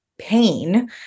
pain